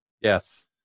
Yes